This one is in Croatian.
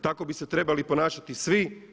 Tako bi se trebali ponašati svi.